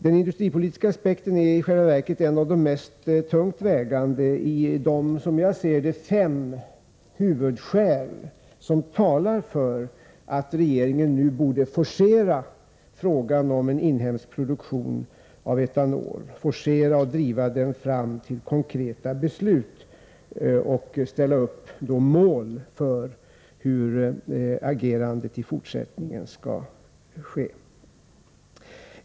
Den industripolitiska aspekten är i själva verket en av de tyngst vägande i de, som jag ser det, fem huvudskäl som talar för att regeringen nu borde forcera frågan om en inhemsk produktion av etanol, driva den fram till konkreta beslut och ställa upp mål för hur agerandet i fortsättningen skall ske.